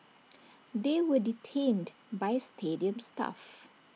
they were detained by stadium staff